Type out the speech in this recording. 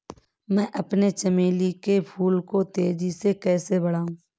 मैं अपने चमेली के फूल को तेजी से कैसे बढाऊं?